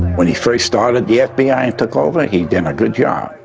when he first started the fbi and took over he done a good job,